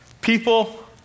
people